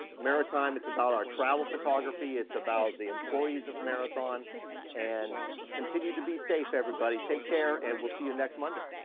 maratime. it's about our travel photography. it's about the employees of marathon and continue to be safe, everybody. take care and we'll see you next monday.